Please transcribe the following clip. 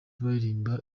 baririmba